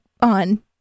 on